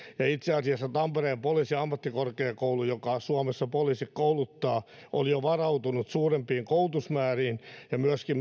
itse asiassa tampereen poliisiammattikorkeakoulu joka suomessa poliisit kouluttaa oli jo varautunut suurempiin koulutusmääriin ja myöskin